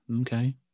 Okay